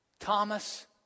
Thomas